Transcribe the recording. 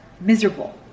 miserable